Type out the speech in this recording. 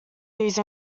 these